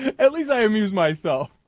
at least i amuse myself